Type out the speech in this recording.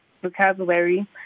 vocabulary